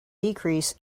decrease